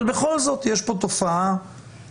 אבל בכל זאת יש פה תופעה בריאותית,